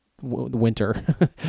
winter